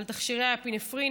על תכשירי האפינפרין,